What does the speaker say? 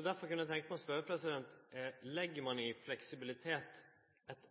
Derfor kunne eg tenkje meg å spørje: Legg ein i ordet «fleksibilitet» eit